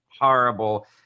horrible